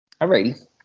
Alrighty